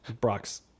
brock's